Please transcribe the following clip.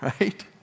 Right